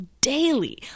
daily